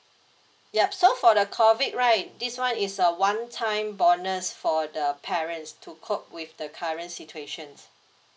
yup so for the COVID right this one is a one time bonus for the parents to cope with the current situation